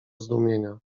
zdumienia